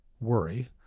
worry